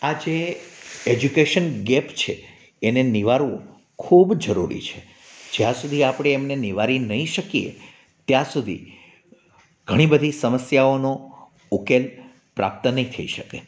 આ જે education gap છે એને નિવારવું ખૂબ જરૂરી છે જ્યાં સુધી આપણે એને નિવારી નહીં શકીએ ત્યાં સુધી ઘણી બધી સમસ્યાઓનો ઉકેલ પ્રાપ્ત નહીં થઈ શકે